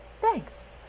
Thanks